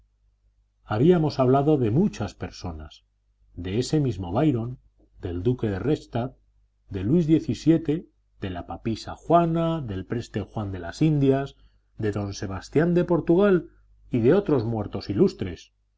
habíamos hablado de muchas personas de ese mismo byron del duque de rechstadt de luis xvii de la papisa juana del preste juan de las indias de don sebastián de portugal y de otros muertos ilustres